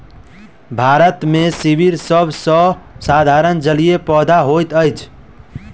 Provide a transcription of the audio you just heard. भारत मे सीवर सभ सॅ साधारण जलीय पौधा होइत अछि